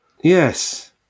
Yes